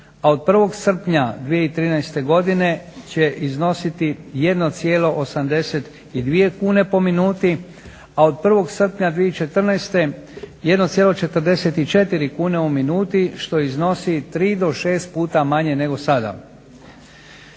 a od 1. srpnja 2013. godine će iznositi 1,82 kune po minuti, a od 1. srpnja 2014. 1,44 kune po minuti što iznosi tri do šest puta manje nego sada.